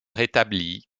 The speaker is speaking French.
rétablie